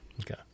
Okay